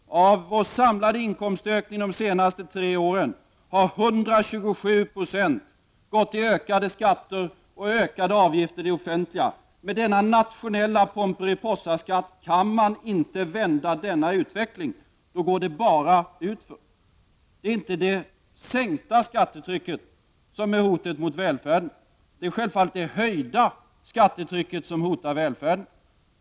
Av vår samlade inkomstökning de senaste tre åren har 127 90 gått åt till ökade skatter och ökade avgifter till det offentliga. Med denna nationella ”Pomperipossaskatt” kan man inte vända denna utveckling, då går det bara utför. Det är inte det sänkta skattetrycket som är hotet mot välfärden. Det är självfallet det höjda skattetrycket som hotar välfärden.